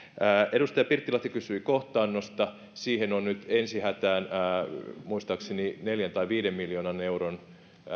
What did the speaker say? edustaja pirttilahti kysyi kohtaannosta siihen on nyt ensi hätään muistaakseni neljä tai viiden miljoonan euron